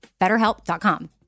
BetterHelp.com